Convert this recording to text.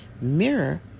mirror